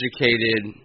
educated